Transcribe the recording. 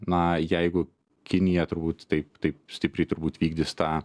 na jeigu kinija turbūt taip taip stipriai turbūt vykdys tą